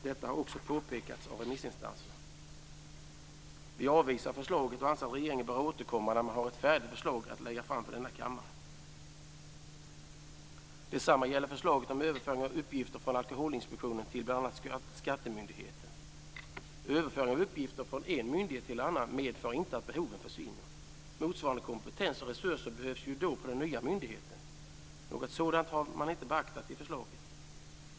Detta har också påpekats av remissinstanserna. Vi avvisar förslaget och anser att regeringen bör återkomma när man har ett färdigt förslag att lägga fram för denna kammare. Detsamma gäller förslaget om överföring av uppgifter från Alkoholinspektionen till bl.a. skattemyndigheten. Överföring av uppgifter från en myndighet till en annan medför inte att behoven försvinner. Motsvarande kompetens och resurser behövs ju då vid den nya myndigheten. Något sådant har man inte beaktat i förslaget.